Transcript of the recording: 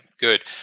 good